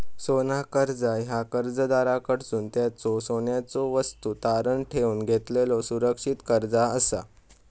सोना कर्जा ह्या कर्जदाराकडसून त्यांच्यो सोन्याच्यो वस्तू तारण ठेवून घेतलेलो सुरक्षित कर्जा असा